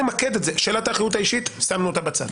שאלת האחריות האישית, שמנו אותה בצד.